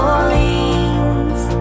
Orleans